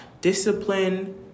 discipline